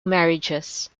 marriages